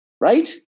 right